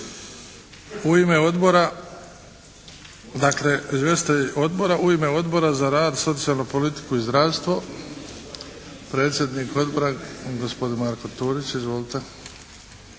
U ime Odbora za rad, socijalnu politiku i zdravstvo, predsjednik Odbora gospodin Marko Turić. Izvolite.